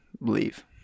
leave